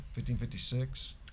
1556